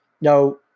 no